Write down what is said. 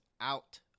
out